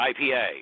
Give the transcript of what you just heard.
IPA